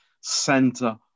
center